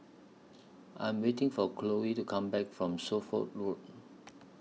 I Am waiting For Chloe to Come Back from Suffolk Road